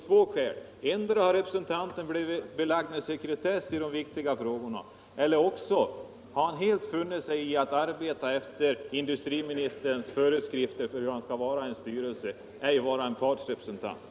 Det kan vara två skäl: endera har representanten blivit belagd med sekretess i de viktiga frågorna eller också har han helt funnit sig i att arbeta efter industriministerns föreskrifter för hur han skall verka i en styrelse och ej vara en partsrepresentant.